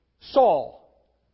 Saul